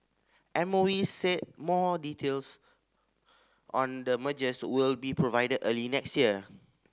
M O E said more details on the mergers will be provided early next year